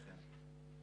(מכאן ואילך נעזר במצגת.